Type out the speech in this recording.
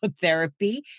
therapy